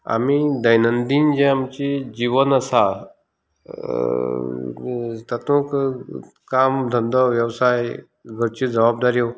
आमी दैनंदीन जे आमची जिवन आसा तातूंत काम धंदो वेवसाय घरची जबाबदाऱ्यो